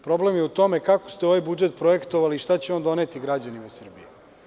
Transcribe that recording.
Problem je u tome kako ste ovaj budžet projektovali i šta će on doneti građanima Srbije.